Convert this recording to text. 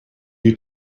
you